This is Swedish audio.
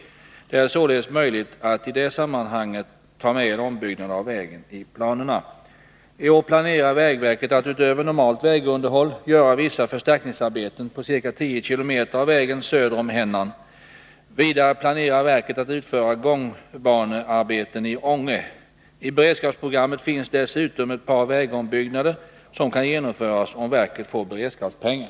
Det är således möjligt att i det sammanhanget ta med en ombyggnad av vägen i planerna. I år planerar vägverket att — utöver normalt vägunderhåll — göra vissa förstärkningsarbeten på ca 10 km av vägen söder om Hennan. Vidare planerar verket att utföra gångbanearbeten i Ånge. I beredskapsprogrammet finns dessutom ett par vägombyggnader som kan genomföras om verket får beredskapspengar.